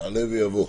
יעלה ויבוא.